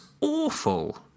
awful